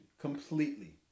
completely